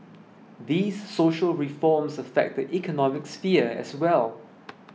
these social reforms affect the economic sphere as well